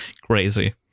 Crazy